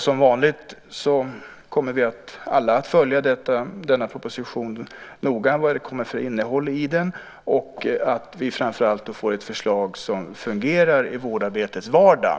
Som vanligt kommer vi alla att följa denna proposition noga och vilket innehåll den får, framför allt att vi får ett förslag som gör att det fungerar i vårdarbetets vardag.